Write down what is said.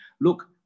look